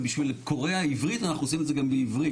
ובשביל קוראי העברית אנחנו עושים את זה גם בעברית.